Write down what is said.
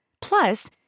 Plus